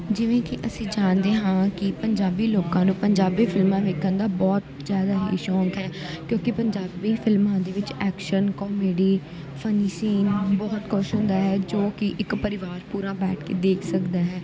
ਜਿਵੇਂ ਕਿ ਅਸੀਂ ਜਾਣਦੇ ਹਾਂ ਕਿ ਪੰਜਾਬੀ ਲੋਕਾਂ ਨੂੰ ਪੰਜਾਬੀ ਫਿਲਮਾਂ ਵੇਖਣ ਦਾ ਬਹੁਤ ਜ਼ਿਆਦਾ ਹੀ ਸ਼ੌਂਕ ਹੈ ਕਿਉਂਕਿ ਪੰਜਾਬੀ ਫਿਲਮਾਂ ਦੇ ਵਿੱਚ ਐਕਸ਼ਨ ਕੋਮੇਡੀ ਫਨੀ ਸੀਨ ਬਹੁਤ ਕੁਛ ਹੁੰਦਾ ਹੈ ਜੋ ਕਿ ਇੱਕ ਪਰਿਵਾਰ ਪੂਰਾ ਬੈਠ ਕੇ ਦੇਖ ਸਕਦਾ ਹੈ